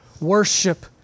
worship